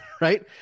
Right